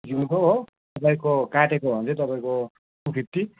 जिउँदो हो तपाईँको काटेको हो भने चाहिँ तपाईँको टु फिफ्टी